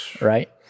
right